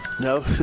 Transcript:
No